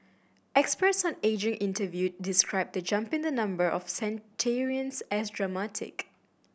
experts on ageing interviewed described the jump in the number of centenarians as dramatic